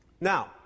Now